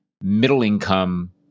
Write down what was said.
middle-income